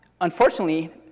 unfortunately